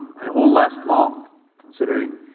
and it won't last long considering